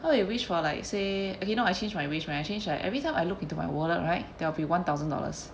what you wish for like say okay now I change my wish when I change I every time I look into my wallet right there will be one thousand dollars